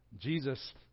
Jesus